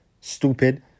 stupid